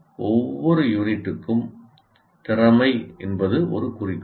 ஒவ்வொரு யூனிட்டுக்கும் திறமை என்பது ஒரு குறிக்கோள்